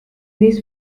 this